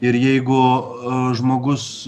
ir jeigu žmogus